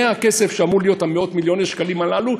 זה הכסף שאמור להיות מאות-מיליוני השקלים הללו,